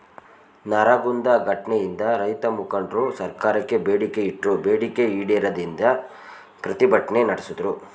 ನರಗುಂದ ಘಟ್ನೆಯಿಂದ ರೈತಮುಖಂಡ್ರು ಸರ್ಕಾರಕ್ಕೆ ಬೇಡಿಕೆ ಇಟ್ರು ಬೇಡಿಕೆ ಈಡೇರದಿಂದ ಪ್ರತಿಭಟ್ನೆ ನಡ್ಸುದ್ರು